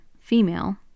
female